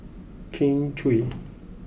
Kin Chui